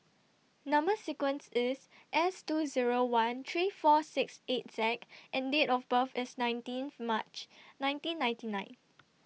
Number sequence IS S two Zero one three four six eight Z and Date of birth IS nineteenth March nineteen ninety nine